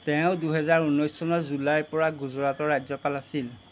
তেওঁ দুহেজাৰ ঊনৈছ চনৰ জুলাইৰ পৰা গুজৰাটৰ ৰাজ্যপাল আছিল